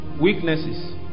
Weaknesses